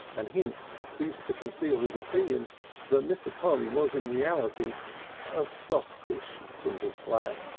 and hinks ceased to conceal his opinion that mr. polly was in reality a softish sort of flat.